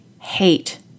hate